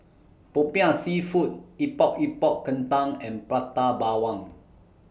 Popiah Seafood Epok Epok Kentang and Prata Bawang